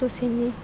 दसेनि